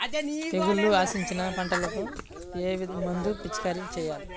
తెగుళ్లు ఆశించిన పంటలకు ఏ మందు పిచికారీ చేయాలి?